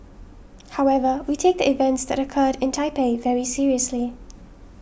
however we take the events that occurred in Taipei very seriously